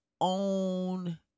own